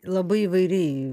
labai įvairiai